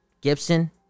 Gibson